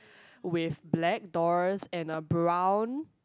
with black doors and a brown